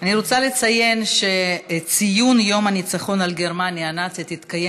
אני רוצה לציין שציון יום הניצחון על גרמניה הנאצית התקיים